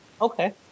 Okay